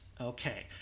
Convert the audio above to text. Okay